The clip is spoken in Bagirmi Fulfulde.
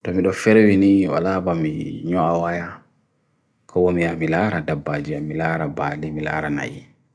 Tami do ferewini wala aba mi nyua awaya ko wami amila rada bhaji, amila raba li, mila rana hi.